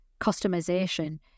customization